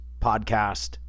podcast